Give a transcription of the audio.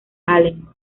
allen